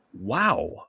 Wow